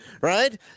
right